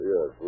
Yes